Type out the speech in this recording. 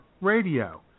radio